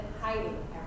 hiding